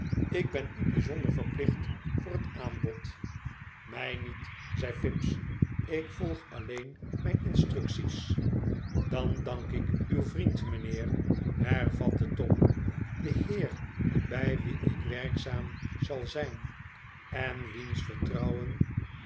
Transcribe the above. ik ben u bijzonder verplicht voor het aanbod mij niet zei fips n ik volg alleen mijn instructies dan dank ik uw vriend mijnheer hervatte tom den heer bij wien ik werkzaam zal zijn en wiens vertrouwen